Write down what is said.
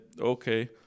okay